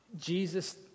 Jesus